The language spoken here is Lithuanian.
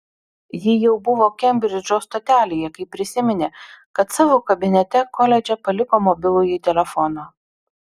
ji jau buvo kembridžo stotelėje kai prisiminė kad savo kabinete koledže paliko mobilųjį telefoną